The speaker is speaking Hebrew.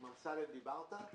עם אמסלם דיברת?